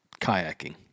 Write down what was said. kayaking